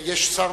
יש שר